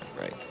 Right